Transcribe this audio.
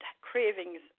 cravings